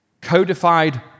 codified